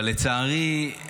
אבל לצערי,